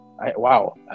Wow